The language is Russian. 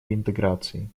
реинтеграции